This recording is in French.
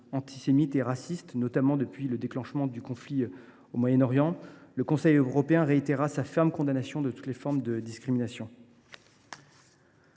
antisémites et racistes, notamment depuis le déclenchement du conflit au Moyen Orient, le Conseil européen réitérera sa ferme condamnation de toutes les formes de discriminations.